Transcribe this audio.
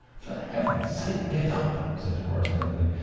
for heaven's sake get up! said horace angrily.